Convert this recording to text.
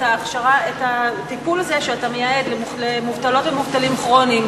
את הטיפול הזה שאתה מייעד למובטלות ומובטלים כרוניים,